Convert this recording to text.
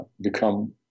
become